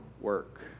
work